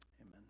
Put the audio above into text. amen